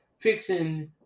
fixing